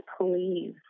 please